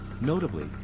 Notably